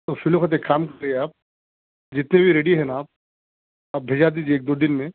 تو فی الوقت ایک کام کریے آپ جتنے بھی ریڈی ہے نا اب آپ بھیجا دیجئے ایک دو دِن میں